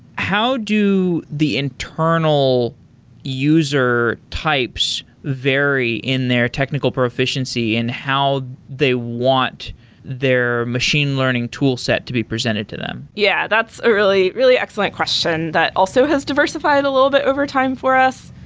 how do the internal user types vary in their technical proficiency and how they want their machine learning tool set to be presented to them? yeah, that's a really, really excellent question that also has diversified a little bit overtime for us.